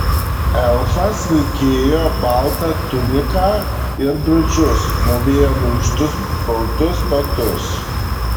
elfas vilkėjo baltą tuniką ir bridžus mūvėjo minkštus baltus batus